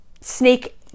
snake